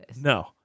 No